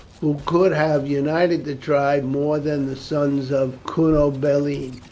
who could have united the tribes more than the sons of cunobeline,